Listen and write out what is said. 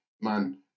man